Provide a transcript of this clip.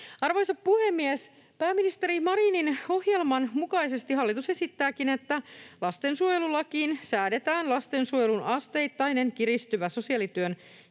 Arvoisa puhemies! Pääministeri Marinin hallituksen ohjelman mukaisesti hallitus esittääkin, että lastensuojelulakiin säädetään lastensuojelun asteittain kiristyvä sosiaalityön